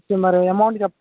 మరి అమౌంట్